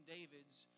David's